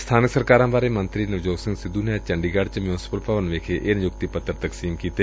ਸਬਾਨਕ ਸਰਕਾਰਾਂ ਬਾਰੇ ਮੰਤਰੀ ਨਵਜੋਤ ਸਿੰਘ ਸਿੱਧੂ ਨੇ ਅੱਜ ਚੰਡੀਗੜ੍ਹ ਚ ਮਿਉਂਸਪਲ ਭਵਨ ਵਿਖੇ ਇਹ ਨਿਯੁਕਤੀ ਪੱਤਰ ਤਕਸੀਮ ਕੀਤੇ